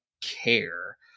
care